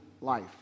life